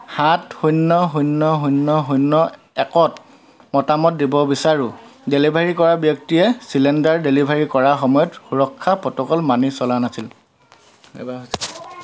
সাত শূন্য শূন্য শূন্য শূন্য একত মতামত দিব বিচাৰোঁ ডেলিভাৰী কৰা ব্যক্তিয়ে চিলিণ্ডাৰ ডেলিভাৰী কৰাৰ সময়ত সুৰক্ষা প্ৰট'কল মানি চলা নাছিল এইবাৰ হৈছে